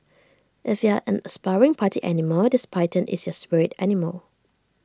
if you're an aspiring party animal this python is your spirit animal